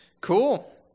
cool